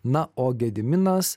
na o gediminas